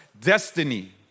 destiny